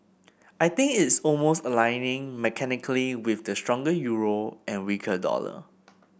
I think it's almost aligning mechanically with the stronger euro and weaker dollar